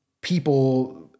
people